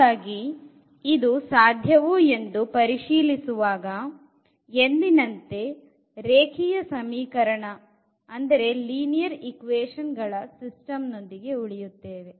ಹಾಗಾಗಿ ಇದು ಸಾಧ್ಯವೋ ಎಂದು ಪರಿಶೀಲಿಸುವಾಗ ಎಂದಿನಂತೆ ರೇಖಿಯ ಸಮೀಕರಣ ಲೀನಿಯರ್ ಈಕ್ವೇಶನ್ ಗಳ ಸಿಸ್ಟಮ್ ನೊಂದಿಗೆ ಉಳಿಯುತ್ತೇವೆ